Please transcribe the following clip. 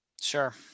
Sure